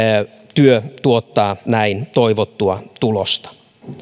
työ tuottaa näin toivottua tulosta